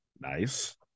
Nice